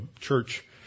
church